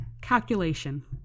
Calculation